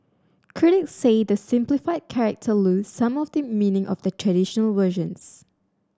Critics say the simplified character lose some of the meaning of the traditional versions